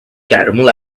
caramel